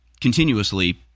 continuously